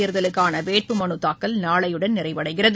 தேர்தலுக்கானவேட்புமனுத் தாக்கல் நாளையுடன் நிறைவடைகிறது